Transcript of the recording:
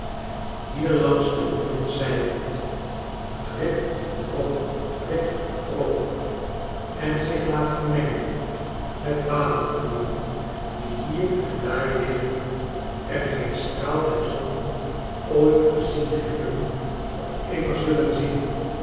uitgang langs de muren s jpelt drip drop drip drop en zich gaat vermengen met de waterpoelen die hier en daar liggen en geen straal der zon ooit gezien hebben of immer zullen zien